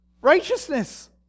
righteousness